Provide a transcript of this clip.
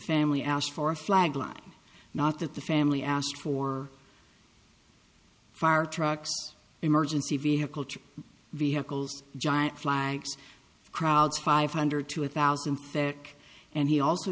family asked for a flag why not that the family asked for fire trucks emergency vehicles vehicles giant flags crowds five hundred to a thousand fair and he also